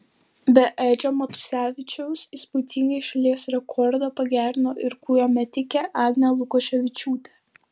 be edžio matusevičiaus įspūdingai šalies rekordą pagerino ir kūjo metikė agnė lukoševičiūtė